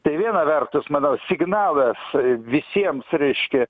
tai viena vertus manau signalas visiems reiškia